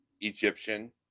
Egyptian